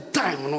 time